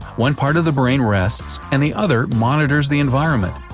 one part of the brain rests, and the other monitors the environment.